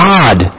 God